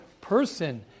person